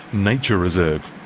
nature reserve'.